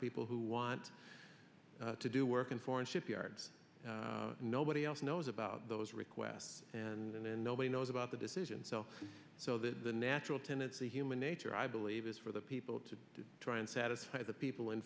people who want to do work in foreign shipyards nobody else knows about those requests and nobody knows about the decision so so the natural tendency human nature i believe is for the people to try and satisfy the people in